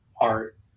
art